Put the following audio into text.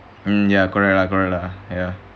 ya correct lah correct lah ya